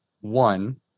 one